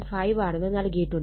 5 ആണെന്ന് നൽകിയിട്ടുണ്ട്